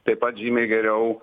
taip pat žymiai geriau